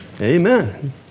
Amen